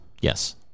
Yes